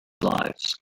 lives